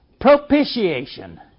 Propitiation